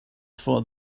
for